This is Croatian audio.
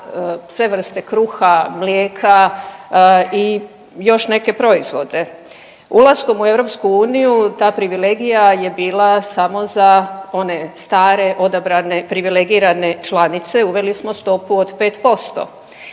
sve vrste kruha, mlijeka i još neke proizvode. Ulaskom u EU ta privilegija je bila samo za one stare, odabrane privilegirane članice. Uveli smo stopu od pet